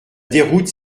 déroute